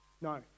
No